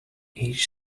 each